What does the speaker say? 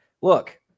Look